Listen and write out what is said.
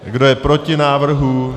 Kdo je proti návrhu?